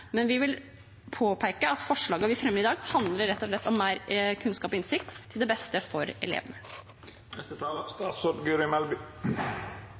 men vi vil påpeke at forslagene vi fremmer i dag, handler rett og slett om mer kunnskap og innsikt til beste for